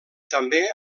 també